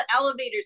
elevators